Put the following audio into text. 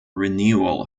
renewal